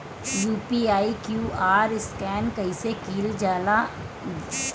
UPI QR scan कइसे कईल जा ला?